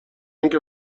اینکه